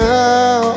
now